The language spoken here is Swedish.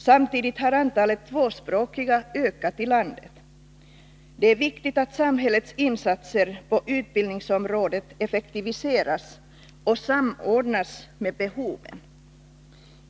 Samtidigt har antalet tvåspråkiga ökat i landet. Det är viktigt att samhällets insatser på utbildningsområdet effektiviseras och samordnas med behoven.